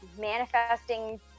manifesting